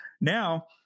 Now